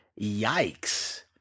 Yikes